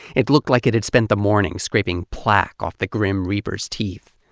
it looked like it had spent the morning scraping plaque off the grim reaper's teeth.